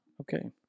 Okay